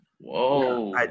whoa